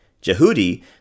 Jehudi